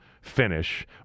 finish